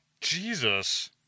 Jesus